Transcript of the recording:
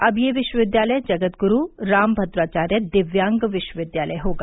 अब यह विश्वविद्यालय जगतगुरू रामभद्राचार्य दिव्यांग विश्वविद्यालय होगा